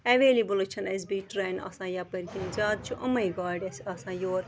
اٮ۪وٮ۪لیبٕلٕے چھَنہٕ اَسہِ بیٚیہِ ٹرٛینہٕ آسان یَپٲرۍ کِہیٖنۍ زیادٕ چھِ یِمَے گاڑِ اَسہِ آسان یورٕ